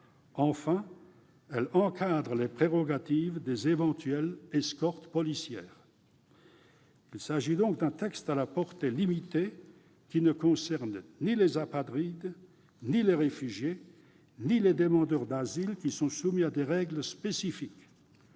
Elles encadrent les prérogatives des éventuelles escortes policières. Il s'agit donc d'un texte à la portée limitée ; il ne concerne ni les apatrides, ni les réfugiés, ni les demandeurs d'asile, qui sont soumis à des règles spécifiques.